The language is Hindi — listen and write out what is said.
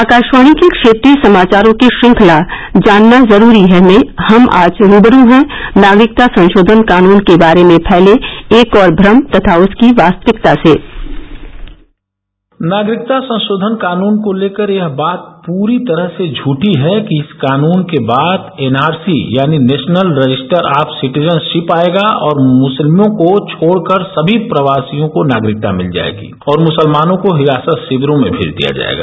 आकाशवाणी के क्षेत्रीय समाचारों की श्रृंखला जानना जरूरी है में हम आज रूबरू हैं नागरिकता संशोधन कानून के बारे में फैले एक और भ्रम तथा उसकी वास्तविकता से नागरिकता संशोधन कानून को लेकर यह बात पूरी तरह से झूठी है कि इस कानून के बाद एन आर सी यानी नेशनल रजिस्टर ऑफ सिटीजनशिप आएगा और मूरिलमों को छोड़कर सभी प्रवासियों को नागरिकता भिल जाएगी और मुसलमानों को हिरासत शिविरों में भेज दिया जाएगा